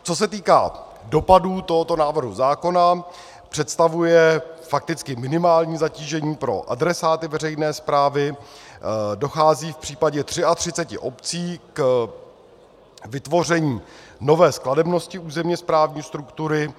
Co se týká dopadů tohoto návrhu zákona, představuje fakticky minimální zatížení pro adresáty veřejné správy, dochází v případě 33 obcí k vytvoření nové skladebnosti územně správní struktury.